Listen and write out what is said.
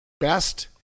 Best